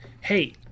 Hey